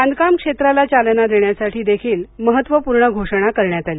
बांधकाम क्षेत्राला चालना देण्यासाठी देखील महत्त्वपूर्ण घोषणा करण्यात आली